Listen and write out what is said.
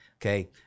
Okay